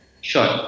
Sure